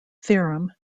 theorem